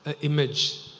image